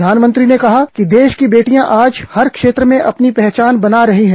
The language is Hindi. प्रधानमंत्री ने कहा कि देश की बेटियां आज हर क्षेत्र में अपनी पहचान बना रही हैं